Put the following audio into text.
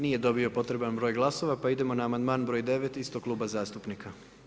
Nije dobio potreban broj glasova pa idemo na amandman broj 9 istog kluba zastupnika.